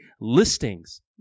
listings